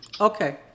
Okay